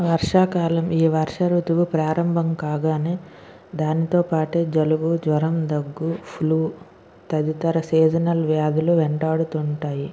వార్షాకాలం ఈ వర్ష ఋతువు ప్రారంభం కాగానే దానితో పాటే జలుబు జ్వరం దగ్గు ఫ్లూ తదితర సీజనల్ వ్యాధులు వెంటాడుతుంటాయి